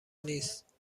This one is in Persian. نیست